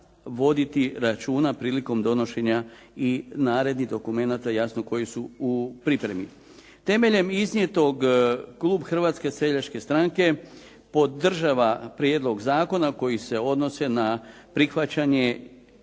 voditi računa prilikom donošenja i narednih dokumenata jasno koji su u pripremi. Temeljem iznijetog klub Hrvatske seljačke stranke podržava prijedlog zakona koji se odnose na prihvaćanje